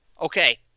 Okay